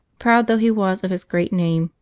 proud though he was of his great name,